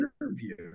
interview